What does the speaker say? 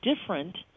different